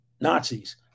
Nazis